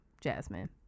Jasmine